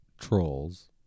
Trolls